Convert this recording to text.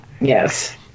Yes